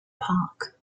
park